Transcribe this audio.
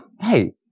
hey